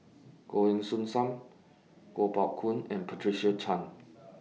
Goh Heng Soon SAM Kuo Pao Kun and Patricia Chan